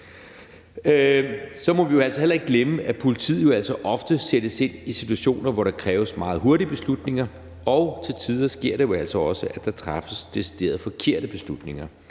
Så må vi jo heller ikke glemme, at politiet ofte sættes ind i situationer, hvor der kræves meget hurtige beslutninger, og til tider sker det altså også, at der træffes decideret forkerte beslutninger.